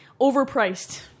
overpriced